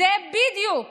זו בדיוק